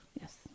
Yes